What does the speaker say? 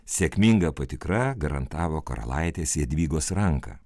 sėkminga patikra garantavo karalaitės jadvygos ranką